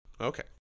okay